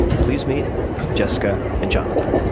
please meet jessica and jonathan.